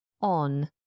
on